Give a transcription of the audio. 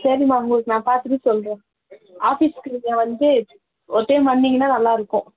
சரிம்மா உங்களுக்கு நான் பார்த்துட்டு சொல்கிறேன் ஆஃபீஸ்சுக்கு நீங்கள் வந்து ஒரு டைம் வந்தீங்கன்னால் நல்லாயிருக்கும்